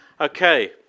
Okay